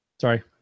Sorry